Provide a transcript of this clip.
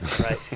Right